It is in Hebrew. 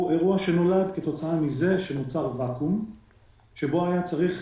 הוא אירוע שנולד כתוצאה מזה שנוצר ואקום שבו היה צריך